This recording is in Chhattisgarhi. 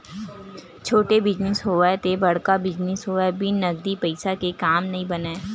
छोटे बिजनेस होवय ते बड़का बिजनेस होवय बिन नगदी पइसा के काम नइ बनय